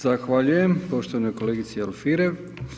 Zahvaljujem poštovanoj kolegici Alfirev.